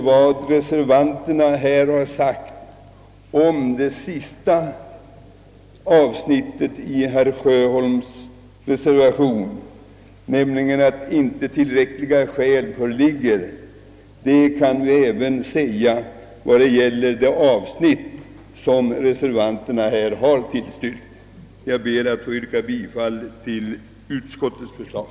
Vad reservanterna anfört om det sista avsnittet i reservationen, nämligen att inte tillräckliga skäl föreligger, skulle också kunna sägas om det avsnitt reservanterna har tillstyrkt. Herr talman! Jag ber att få yrka bifall till utskottets förslag.